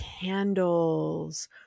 candles